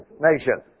nation